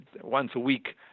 once-a-week